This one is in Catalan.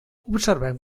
observem